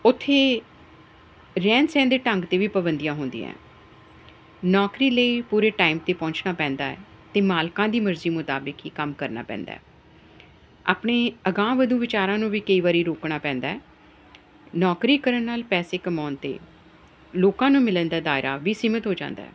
ਉੱਥੇ ਰਹਿਣ ਸਹਿਣ ਦੇ ਢੰਗ 'ਤੇ ਵੀ ਪਾਬੰਦੀਆਂ ਹੁੰਦੀਆਂ ਨੌਕਰੀ ਲਈ ਪੂਰੇ ਟਾਈਮ 'ਤੇ ਪਹੁੰਚਣਾ ਪੈਂਦਾ ਹੈ ਅਤੇ ਮਾਲਕਾਂ ਦੀ ਮਰਜ਼ੀ ਮੁਤਾਬਿਕ ਹੀ ਕੰਮ ਕਰਨਾ ਪੈਂਦਾ ਆਪਣੇ ਅਗਾਂਹ ਵਧੂ ਵਿਚਾਰਾਂ ਨੂੰ ਵੀ ਕਈ ਵਾਰੀ ਰੋਕਣਾ ਪੈਂਦਾ ਨੌਕਰੀ ਕਰਨ ਨਾਲ ਪੈਸੇ ਕਮਾਉਣ ਅਤੇ ਲੋਕਾਂ ਨੂੰ ਮਿਲਣ ਦਾ ਦਾਇਰਾ ਵੀ ਸੀਮਤ ਹੋ ਜਾਂਦਾ